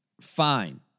fine